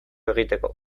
egiteko